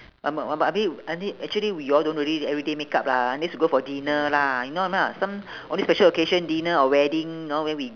um I mean I mean actually we all don't really need everyday makeup lah unless we go for dinner lah you know lah some only special occasion dinner or wedding you know then we